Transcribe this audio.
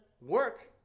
work